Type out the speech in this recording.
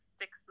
six